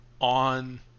on